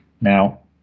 Now